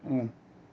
mm